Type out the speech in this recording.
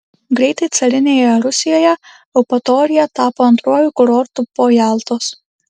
greitai carinėje rusijoje eupatorija tapo antruoju kurortu po jaltos